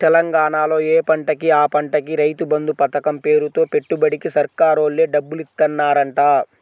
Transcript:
తెలంగాణాలో యే పంటకి ఆ పంటకి రైతు బంధు పతకం పేరుతో పెట్టుబడికి సర్కారోల్లే డబ్బులిత్తన్నారంట